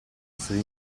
essere